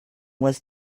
was